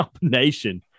combination